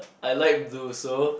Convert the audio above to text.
I like blue so